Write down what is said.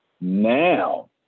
now